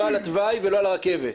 לא על התוואי ולא על הרכבת.